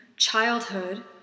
Childhood